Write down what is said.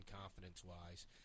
confidence-wise